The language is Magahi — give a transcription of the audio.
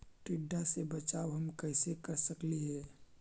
टीडा से बचाव हम कैसे कर सकली हे?